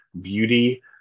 beauty